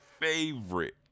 favorite